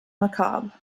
macabre